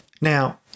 Now